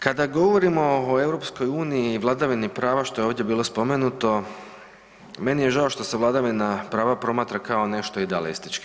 Kada govorimo o EU i vladavini prava, što je ovdje bilo spomenuto, meni je žao što se vladavina prava promatra kao nešto idealistički.